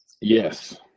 Yes